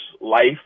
life